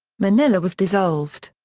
manila was dissolved.